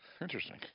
interesting